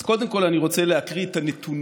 אז קודם כול אני רוצה להקריא את הנתונים,